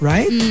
Right